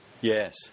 Yes